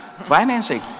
Financing